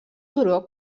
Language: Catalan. turó